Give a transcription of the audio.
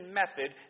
method